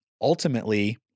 ultimately